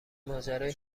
ماجرای